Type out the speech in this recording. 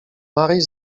maryś